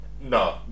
no